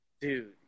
Dude